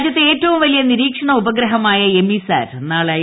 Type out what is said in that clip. രാജ്യത്തെ ഏറ്റവും വലിയ നിരീക്ഷണ ഉപഗ്രഹമായ എമിസാറ്റ് നാളെ ഐ